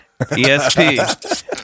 ESP